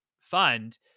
fund